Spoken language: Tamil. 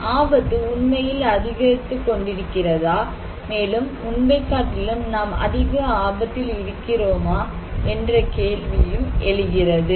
ஆபத்து உண்மையில் அதிகரித்துக் கொண்டிருக்கிறதா மேலும் முன்பை காட்டிலும் நாம் அதிக ஆபத்தில் இருக்கிறோமா என்ற கேள்வியும் எழுகிறது